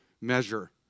measure